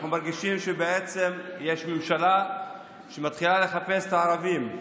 אנחנו מרגישים שבעצם יש ממשלה שמתחילה לחפש את הערבים,